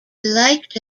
liked